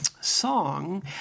song